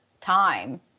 time